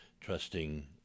trusting